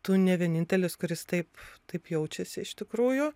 tu ne vienintelis kuris taip taip jaučiasi iš tikrųjų